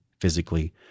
physically